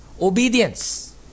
obedience